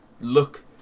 look